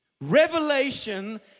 Revelation